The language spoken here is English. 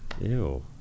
Ew